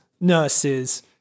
nurses